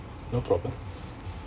no problem